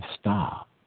stop